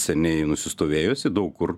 seniai nusistovėjusi daug kur